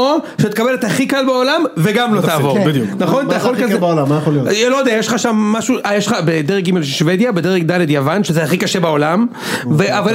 או שתקבל את הכי קל בעולם וגם לא תעבור בדיוק, מה הכי קל בעולם מה יכול להיות, יש לך שם משהו בדרגים של שוודיה בדרג ד' יוון שזה הכי קשה בעולם, אבל